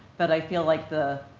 but i feel like the,